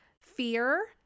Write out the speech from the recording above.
Fear